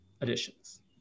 additions